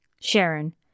Sharon